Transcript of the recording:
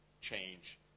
change